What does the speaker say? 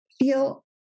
feel